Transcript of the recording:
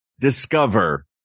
discover